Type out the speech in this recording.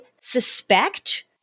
suspect